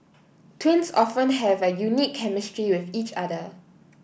twins often have a unique chemistry with each other